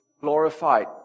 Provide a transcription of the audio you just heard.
glorified